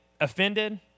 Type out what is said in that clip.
offended